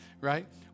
right